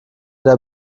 der